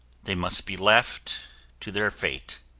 they must be left to their fate.